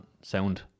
sound